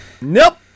Nope